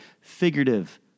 figurative